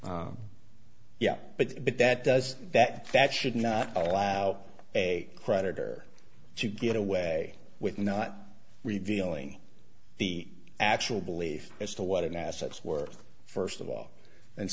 yeah but but that does that that should not allow a creditor to get away with not revealing the actual belief as to what an asset is worth st of all and